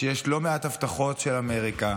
שיש לא מעט הבטחות של אמריקה,